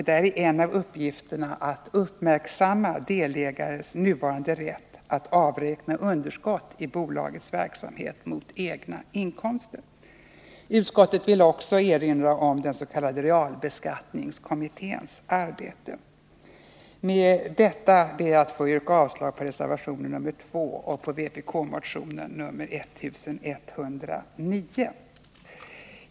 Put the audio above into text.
Där är en av uppgifterna att uppmärksamma delägares nuvarande rätt att avräkna underskott i bolagets verksamhet mot egna inkomster. Utskottet vill också erinra om den s.k. realbeskattningskommitténs arbete. Med detta ber jag att få yrka avslag på reservation 2 och vpk-motionen 1109.